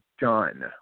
done